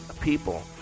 people